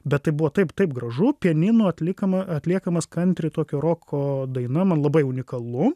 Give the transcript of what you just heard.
bet tai buvo taip taip gražu pianinu atlikama atliekamas kantri tokio roko daina man labai unikalu